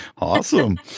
Awesome